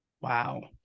Wow